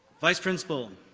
vice principal,